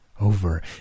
Over